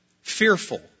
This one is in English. fearful